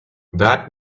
that